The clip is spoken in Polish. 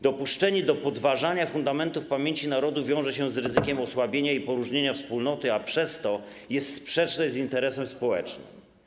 Dopuszczenie do podważania fundamentów pamięci narodu wiąże się z ryzykiem osłabienia i poróżnienia wspólnoty, a przez to jest sprzeczne z interesem społecznym.